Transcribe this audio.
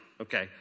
Okay